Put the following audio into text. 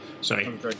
Sorry